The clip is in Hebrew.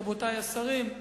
רבותי השרים,